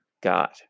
God